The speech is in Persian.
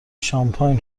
شانپاین